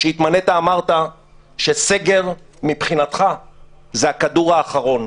כשהתמנית אמרת שסגר מבחינתך זה הכדור האחרון.